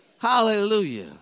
Hallelujah